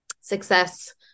success